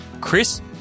Chris